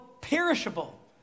perishable